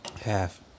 Half